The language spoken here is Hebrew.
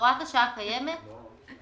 הוראת השעה הקיימת היום.